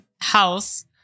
house